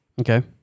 Okay